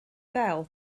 fel